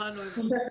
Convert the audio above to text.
מיכל נוימן פה.